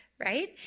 right